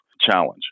challenge